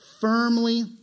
Firmly